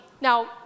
Now